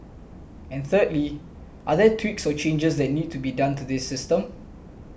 and thirdly are there tweaks or changes that need to be done to this system